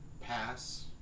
pass